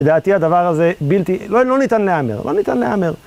לדעתי הדבר הזה בלתי, לא ניתן להאמר, לא ניתן להאמר.